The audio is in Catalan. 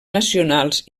nacionals